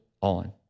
on